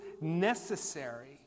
necessary